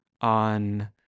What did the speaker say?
on